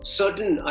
certain